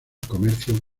comercio